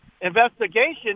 investigation